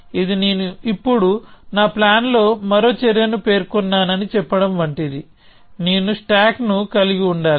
ఇది నేను ఇప్పుడు నా ప్లాన్ లో మరో చర్యను పేర్కొన్నానని చెప్పడం వంటిది నేను స్టాక్ ను కలిగి ఉండాలి